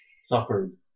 suffered